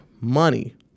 money